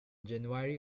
january